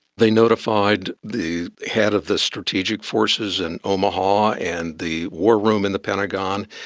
they notified the head of the strategic forces in omaha and the war room in the pentagon,